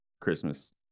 Christmas